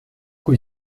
kui